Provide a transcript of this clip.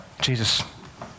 Jesus